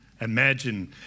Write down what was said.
Imagine